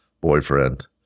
boyfriend